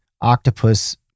octopus